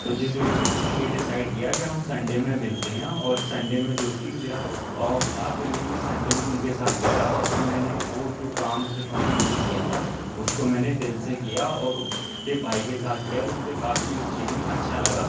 تو جس وجہ سے ہم نے یہ ڈسائڈ کیا کہ ہم سنڈے میں ملتے ہیں اور سنڈے میں جو کہ میرا آف تھا پھر بھی میں سنڈے میں ان کے ساتھ گیا اور پھر میں نے وہ جو کام مجھے کمپنی نے دیا تھا اس کو میں نے دل سے کیا اور اس کے بھائی کے ساتھ کیا تو مجھے کافی اس چیز میں اچھا لگا